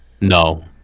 No